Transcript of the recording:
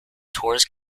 tourists